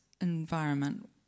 environment